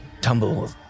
tumble